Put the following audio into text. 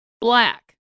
Black